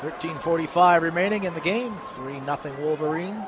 thirteen forty five remaining in the game three nothing who over